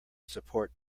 support